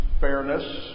fairness